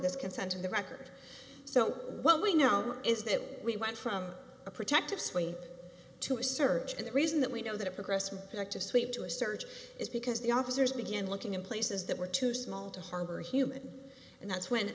this consent in the record so what we know is that we went from a protective suite to a search and the reason that we know that it progressed to sweep to a search is because the officers began looking in places that were too small to harbor a human and that's when